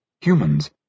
Humans